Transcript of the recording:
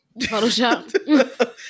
Photoshop